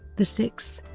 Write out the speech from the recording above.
the sixth